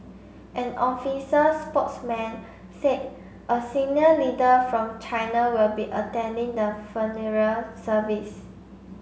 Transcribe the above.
an officers spokesman say a senior leader from China will be attending the funeral service